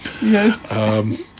Yes